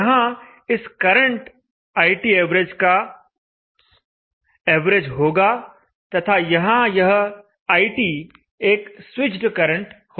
यहां इस करंट का एवरेज होगा तथा यहां यह एक स्विच्ड करंट होगा